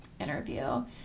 interview